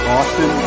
Austin